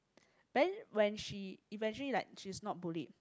then when she eventually like she's not bullied